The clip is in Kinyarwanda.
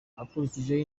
akurikijeho